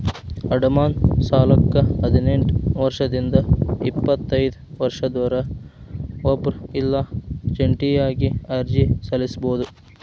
ಅಡಮಾನ ಸಾಲಕ್ಕ ಹದಿನೆಂಟ್ ವರ್ಷದಿಂದ ಎಪ್ಪತೈದ ವರ್ಷದೊರ ಒಬ್ರ ಇಲ್ಲಾ ಜಂಟಿಯಾಗಿ ಅರ್ಜಿ ಸಲ್ಲಸಬೋದು